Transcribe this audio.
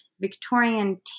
Victorian